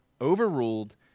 overruled